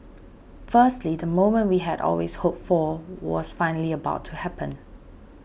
firstly the moment we had always hoped for was finally about to happen